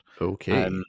Okay